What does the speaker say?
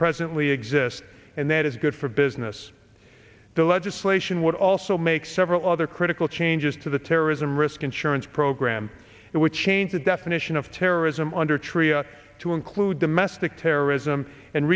presently exists and that is good for business the legislation would also make several other critical changes to the terrorism risk insurance program it would change the definition of terrorism under tria to include domestic terrorism and